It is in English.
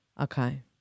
Okay